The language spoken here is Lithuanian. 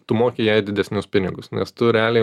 tu moki jai didesnius pinigus nes tu realiai